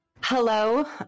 Hello